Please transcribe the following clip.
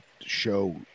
show